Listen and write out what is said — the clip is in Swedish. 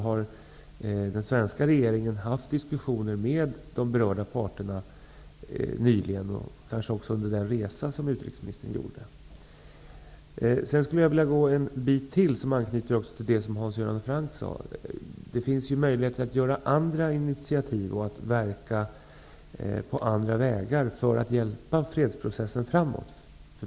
Har den svenska regeringen nyligen -- kanske under den resa som utrikesministern gjort -- haft diskussioner med de berörda parterna? Det finns möjligheter till att ta andra initiativ och att verka på andra vägar för att hjälpa fredsprocessen framåt.